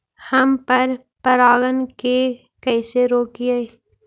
हम पर परागण के कैसे रोकिअई?